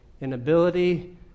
inability